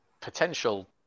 potential